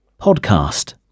podcast